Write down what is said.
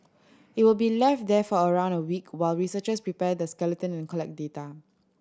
it will be left there for around a week while researchers prepare the skeleton and collect data